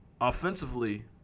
offensively